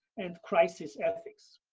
and crisis ethics.